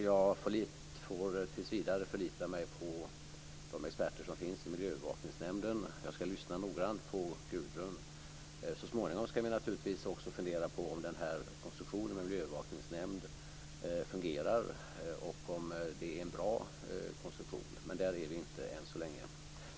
Jag får tills vidare förlita mig på de experter som finns i Miljöövervakningsnämnden, och jag ska också lyssna noga på Gudrun Lindvall. Så småningom ska vi naturligtvis också fundera över om konstruktionen med en övervakningsnämnd fungerar och är en bra konstruktion, men dit har vi ännu inte kommit.